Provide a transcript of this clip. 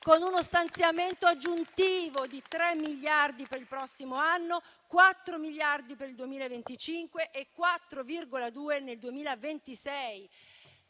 con uno stanziamento aggiuntivo di tre miliardi per il prossimo anno, quattro miliardi per il 2025 e 4,2 nel 2026.